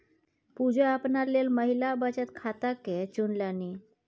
पुजा अपना लेल महिला बचत खाताकेँ चुनलनि